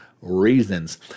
reasons